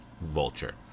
vulture